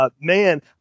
man